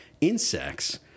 insects